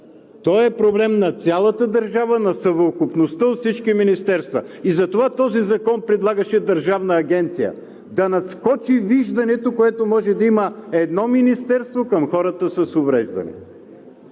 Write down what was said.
той е проблем на цялата държава, на съвкупността от всички министерства, затова този закон предлагаше Държавна агенция – да надскочи виждането, което може да има едно министерство към хората с увреждания.